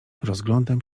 rozglądam